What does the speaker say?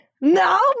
No